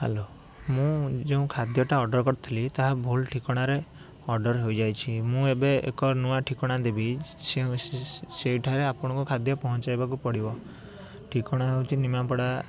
hello ମୁଁ ଯେଉଁ ଖାଦ୍ୟଟା ଅର୍ଡ଼ର କରିଥିଲି ତା' ଭୁଲ ଠିକଣାରେ ଅର୍ଡ଼ର ହୋଇଯାଇଛି ମୁଁ ଏବେ ଏକ ନୂଆ ଠିକଣା ଦେବି ସେଇଠାରେ ଆପଣଙ୍କ ଖାଦ୍ୟ ପହଞ୍ଚାଇବାକୁ ପଡ଼ିବ ଠିକଣା ହେଉଛି ନିମାପଡ଼ା